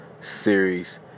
Series